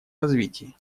развитии